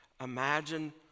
imagine